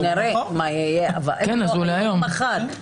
נראה מה יהיה, אם לא היום אז מחר.